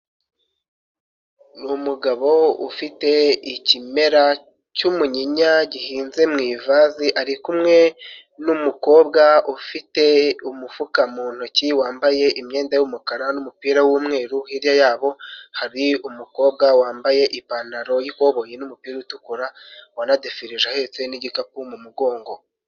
Numugabo ufite ikimera cy'umunyinya gihinze mu ivasi ari kumwe numukobwa ufite umufuka mu ntoki wambaye imyenda y'umukara n'umupira w'umweru hirya yabo hari umukobwa wambaye ipantaro yikoboyi n'umupira utukura wanadefirije ahetse n'igikapu mu mumugongo.